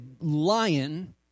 lion